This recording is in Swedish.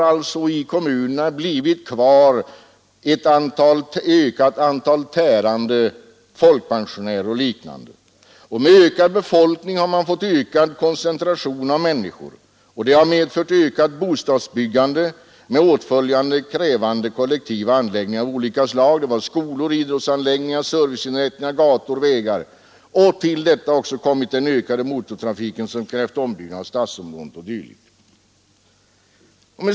Kvar i kommunerna har blivit ett ökat antal tärande invånare — folkpensionärer och liknande. Med ökad befolkning har man fått ökad koncentration av människor, och det har medfört ökat bostadsbyggande med åtföljande krävande kollektiva anläggningar av olika slag: skolor, idrottsanläggningar, serviceinrättningar, gator och vägar. Till detta har kommit den ökande motortrafiken som krävt ombyggnad av stadsområden o. d.